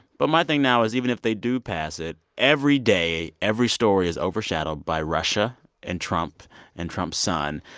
but my thing now is even if they do pass it, every day, every story is overshadowed by russia and trump and trump's son.